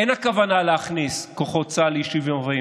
אין הכוונה להכניס כוחות צה"ל ליישובים ערביים,